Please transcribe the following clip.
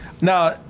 now